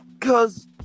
Cause